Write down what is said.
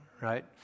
right